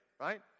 right